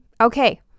Okay